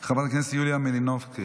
חברת הכנסת יוליה מלינובסקי,